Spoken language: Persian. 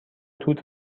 توت